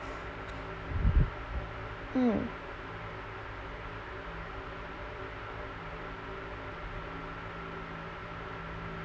mm